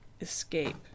Escape